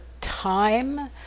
time